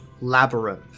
labyrinth